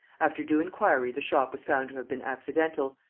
after due inquiry the shot was found to have been accidental,